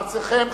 ארצכם,